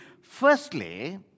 Firstly